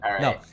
No